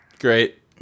Great